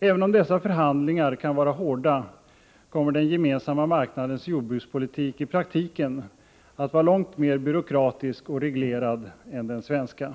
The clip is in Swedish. Även om dessa förhandlingar kan vara hårda kommer den gemensamma marknadens jordbrukspolitik i praktiken att vara långt mer byråkratisk och reglerad än den svenska.